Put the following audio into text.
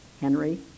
Henry